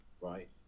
Right